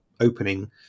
opening